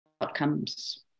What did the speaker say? outcomes